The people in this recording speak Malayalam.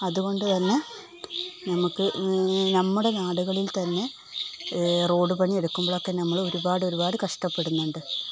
അതുകൊണ്ട് തന്നെ നമുക്ക് നമ്മുടെ നാടുകളിൽ തന്നെ റോഡ് പണിയെടുക്കുമ്പോഴൊക്കെ നമ്മള് ഒരുപാട് ഒരുപാട് കഷ്ടപ്പെടുന്നുണ്ട്